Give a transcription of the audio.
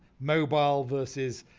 mobile versus